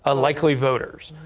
ah likely voters.